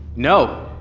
no.